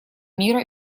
мира